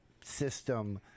system